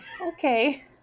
okay